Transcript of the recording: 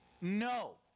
No